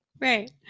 Right